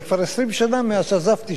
זה כבר 20 שנה מאז עזבתי,